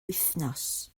wythnos